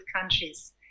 countries